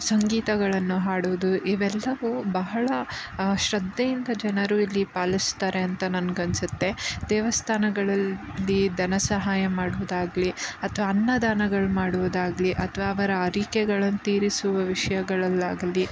ಸಂಗೀತಗಳನ್ನು ಹಾಡುವುದು ಇವೆಲ್ಲವೂ ಬಹಳ ಶ್ರದ್ದೆಯಿಂದ ಜನರು ಇಲ್ಲಿ ಪಾಲಿಸ್ತಾರೆ ಅಂತ ನನ್ಗೆ ಅನಿಸುತ್ತೆ ದೇವಸ್ಥಾನಗಳಲ್ಲಿ ಧನ ಸಹಾಯ ಮಾಡುವುದಾಗಲೀ ಅಥ್ವಾ ಅನ್ನದಾನಗಳ ಮಾಡುವುದಾಗಲೀ ಅಥ್ವಾ ಅವರ ಹರಕೆಗಳನ್ ತೀರಿಸುವ ವಿಷಯಗಳಲ್ಲಾಗಲೀ